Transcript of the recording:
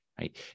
right